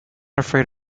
afraid